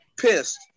pissed